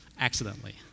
Accidentally